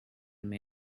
may